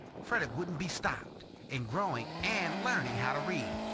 frederick wouldn't be stopped in growing and learning how to read.